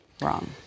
wrong